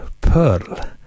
Pearl